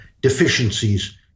deficiencies